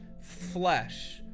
flesh